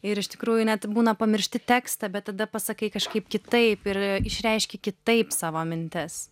ir iš tikrųjų net būna pamiršti tekstą bet tada pasakai kažkaip kitaip ir išreiški kitaip savo mintis